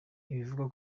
ibivugwa